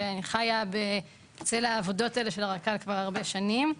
שחיה בצל העבודות האלה של הרק"ל כבר הרבה שנים.